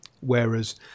whereas